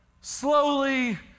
slowly